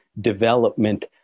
development